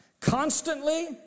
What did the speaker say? Constantly